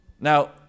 Now